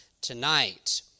tonight